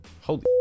holy